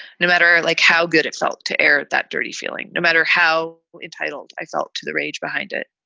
no matter like how good it felt to air that dirty feeling. no matter how entitled i felt to the rage behind it,